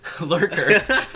lurker